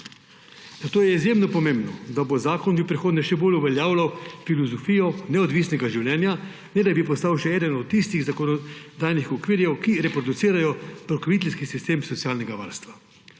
Zato je izjemno pomembno, da bo zakon v prihodnje še bolj uveljavljal filozofijo neodvisnega življenja, ne da bi postal še eden od tistih zakonodajnih okvirjev, ki reproducirajo pokroviteljski sistem socialnega varstva.